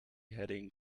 heading